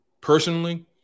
personally